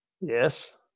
yes